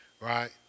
Right